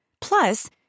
Plus